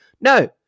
No